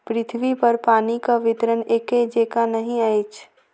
पृथ्वीपर पानिक वितरण एकै जेंका नहि अछि